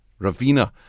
Ravina